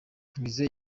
ngize